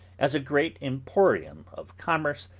as a great emporium of commerce,